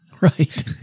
Right